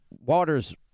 Waters